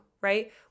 right